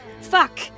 Fuck